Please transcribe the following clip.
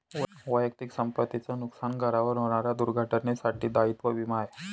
वैयक्तिक संपत्ती च नुकसान, घरावर होणाऱ्या दुर्घटनेंसाठी दायित्व विमा आहे